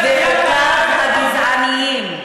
(חבר הכנסת אורן אסף חזן יוצא מאולם המליאה.) וחוקיו הגזעניים.